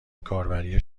کاربری